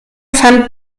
fand